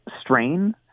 strain